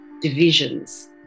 divisions